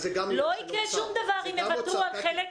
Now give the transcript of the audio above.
לא יקרה שום דבר אם יוותרו על חלק.